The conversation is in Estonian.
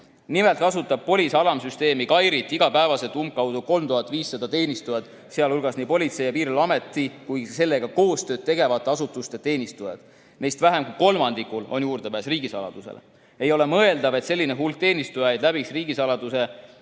Nimelt kasutab POLIS-e alamsüsteemi KAIRI igapäevaselt umbkaudu 3500 teenistujat, sh nii Politsei- ja Piirivalveameti kui ka sellega koostööd tegevate asutuste teenistujad. Neist vähem kui kolmandikul on juurdepääs riigisaladusele. Ei ole mõeldav, et selline hulk teenistujaid läbiks riigisaladuse